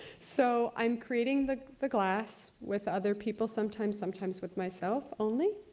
so, i'm creating the the glass with other people, sometimes sometimes with myself only.